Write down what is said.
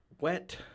wet